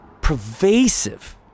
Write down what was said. pervasive